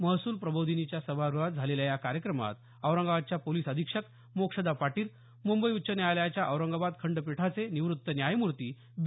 महसूल प्रबोधिनीच्या सभाग्रहात झालेल्या या कार्यक्रमात औरंगाबादच्या पोलिस अधीक्षक मोक्षदा पाटील मुंबई उच्च न्यायालयाच्या औरंगाबाद खंडपीठाचे निवृत्त न्यायमूर्ती बी